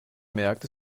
merkt